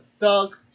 dog